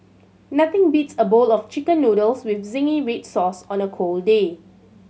nothing beats a bowl of Chicken Noodles with zingy red sauce on a cold day